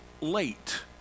late